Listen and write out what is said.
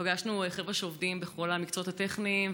פגשנו חבר'ה שעובדים בכל המקצועות הטכניים,